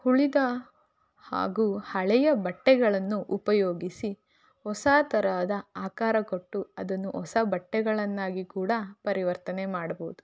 ಉಳಿದ ಹಾಗೂ ಹಳೆಯ ಬಟ್ಟೆಗಳನ್ನು ಉಪಯೋಗಿಸಿ ಹೊಸ ತರಹದ ಆಕಾರ ಕೊಟ್ಟು ಅದನ್ನು ಹೊಸ ಬಟ್ಟೆಗಳನ್ನಾಗಿ ಕೂಡ ಪರಿವರ್ತನೆ ಮಾಡಬೋದು